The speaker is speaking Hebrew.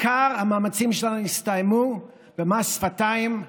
המאמצים שלה הסתיימו בעיקר במס שפתיים,